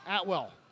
Atwell